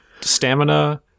stamina